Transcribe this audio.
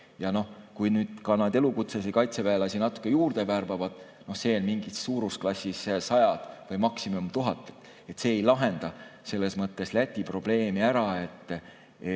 Kui nüüd nad ka elukutselisi kaitseväelasi natuke juurde värbavad, see on suurusklassis sajad või maksimum tuhat, siis see ei lahenda selles mõttes Läti probleemi ära, et